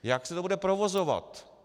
Jak se to bude provozovat?